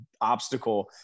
obstacle